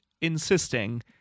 insisting